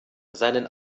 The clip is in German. seinen